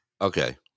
Okay